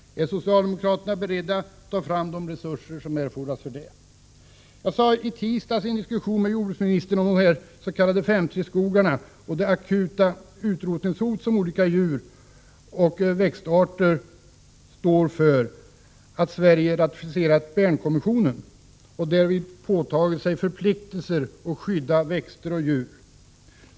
Är socialdemokraterna beredda att ta fram de resurser som erfordras för detta? Jag hade i tisdags en diskussion med jordbruksministern om de s.k. 5:3-skogarna och det akuta utrotningshot som olika djur och växtarter står inför. Sverige har ratificerat Bernkonventionen och därvid påtagit sig förpliktelser att skydda växter och djur.